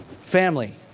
family